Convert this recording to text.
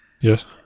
Yes